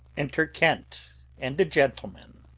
enter kent and a gentleman.